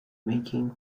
making